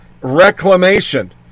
reclamation